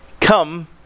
come